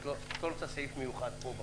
את לא רוצה סעיף מיוחד פה בחוק.